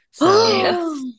yes